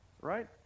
right